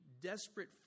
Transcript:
desperate